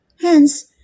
Hence